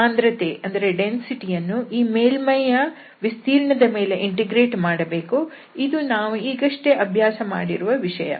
ಈ ಸಾಂದ್ರತೆ ಯನ್ನು ಈ ಮೇಲ್ಮೈ ವಿಸ್ತೀರ್ಣದ ಮೇಲೆ ಇಂಟಿಗ್ರೇಟ್ ಮಾಡಬೇಕು ಇದು ನಾವು ಈಗಷ್ಟೇ ಅಭ್ಯಾಸ ಮಾಡಿರುವ ವಿಷಯ